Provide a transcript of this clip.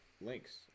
links